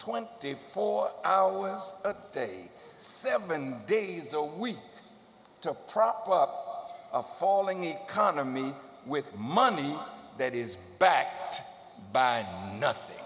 twenty four hours a day seven days a week to prop up a falling economy with money that is backed by nothing